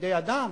בידי אדם,